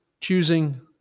choosing